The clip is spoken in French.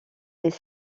des